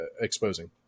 exposing